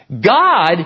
God